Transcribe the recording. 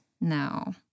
No